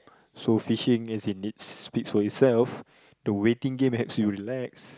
so fishing as in it speaks for itself the waiting game helps you relax